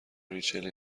ریچل